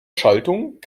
schaltung